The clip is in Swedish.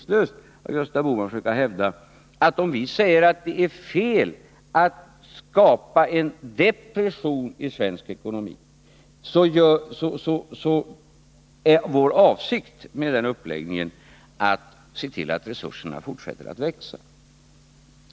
Vi säger att det är fel att skapa en depression i svensk ekonomi. Vi menar att man i stället måste se till att resurserna fortsätter att växa.